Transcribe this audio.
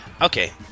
Okay